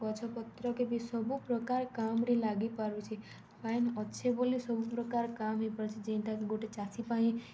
ଗଛ ପତ୍ରକେ ବି ସବୁ ପ୍ରକାର୍ କାମ୍ରେ ଲାଗିପାରୁଛେ ପାଏନ୍ ଅଛେ ବଲି ସବୁ ପ୍ରକାର୍ କାମ୍ ହେଇପାରୁଛେ ଯେନ୍ଟାକି ଗୁଟେ ଚାଷୀ ପାଇଁ